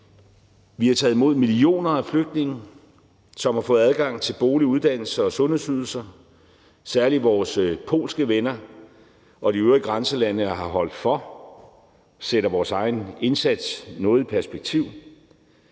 Vi har taget imod millioner af flygtninge, som har fået adgang til bolig, uddannelse og sundhedsydelser. Særlig vores polske venner og de øvrige grænselande har holdt for. Det sætter vores egen indsats noget i perspektiv,